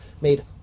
made